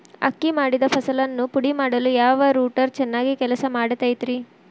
ಅಕ್ಕಿ ಮಾಡಿದ ಫಸಲನ್ನು ಪುಡಿಮಾಡಲು ಯಾವ ರೂಟರ್ ಚೆನ್ನಾಗಿ ಕೆಲಸ ಮಾಡತೈತ್ರಿ?